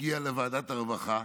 והגיעה לוועדת הרווחה,